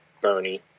Bernie